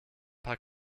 paar